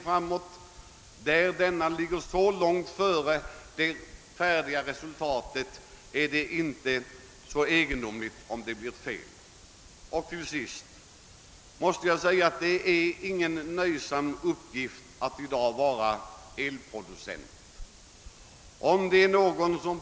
När planeringen ligger så långt före det färdiga resultatet är det inte så egendomligt att det uppstår fel. Till sist måste jag säga att det inte är någon nöjsam uppgift att vara elproducent i dag.